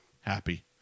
Happy